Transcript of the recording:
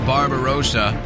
Barbarossa